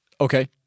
Okay